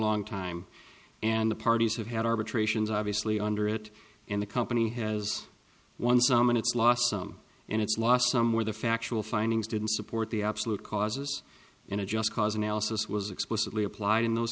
long time and the parties have had arbitrations obviously under it and the company has won some and it's lost some and it's lost some where the factual findings didn't support the absolute causes and a just cause analysis was explicitly applied in those